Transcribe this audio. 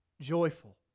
joyful